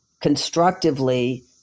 constructively